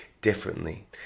differently